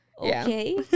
okay